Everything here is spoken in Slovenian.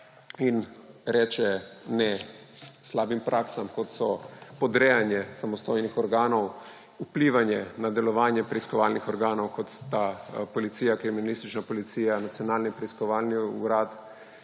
in reče ne slabim praksam, kot so podrejanje samostojnih organov, vplivanje na delovanje preiskovalnih organov, kot so Policija, Kriminalistična policija, Nacionalni preiskovalni urad,